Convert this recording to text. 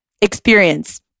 experience